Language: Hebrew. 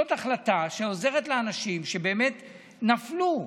זאת החלטה שעוזרת לאנשים שבאמת נפלו.